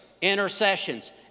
intercessions